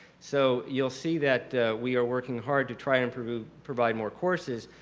so you'll see that we are working hard to try and provide provide more courses,